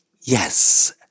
Yes